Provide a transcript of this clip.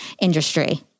industry